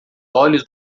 olhos